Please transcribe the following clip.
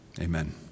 amen